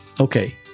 Okay